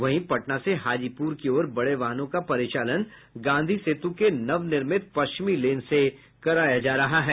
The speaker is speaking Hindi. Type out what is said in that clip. वहीं पटना से हाजीपुर की ओर जाने बड़े वाहनों का परिचालन गांधी सेतु के नवनिर्मित पश्चिमी लेन से कराया जा रहा है